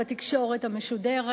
בתקשורת המשודרת.